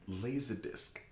Laserdisc